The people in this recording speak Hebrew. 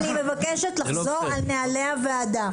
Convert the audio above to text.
אני מבקשת לחזור על נהלי הוועדה.